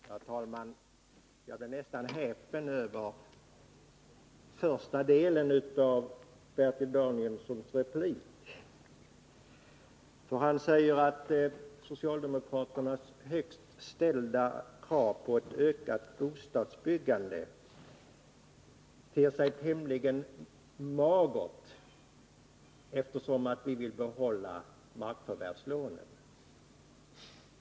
Herr talman! Jag blev nästan häpen över den första delen av Bertil Danielssons replik. Han säger att socialdemokraternas högt ställda krav på ett ökat bostadsbyggande ter sig tämligen magert, eftersom vi vill behålla markförvärvslånen.